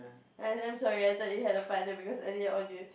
I'm I'm sorry I thought you had a partner because earlier on you